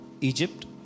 Egypt